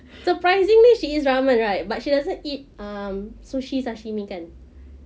surprisingly she eats ramen right but she doesn't eat um sushi sashimi kan